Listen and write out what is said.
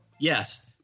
yes